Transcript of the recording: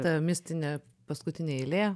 tamistinė paskutinė eilė